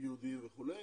יהודיים וכו'.